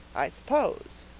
i suppose,